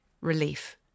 relief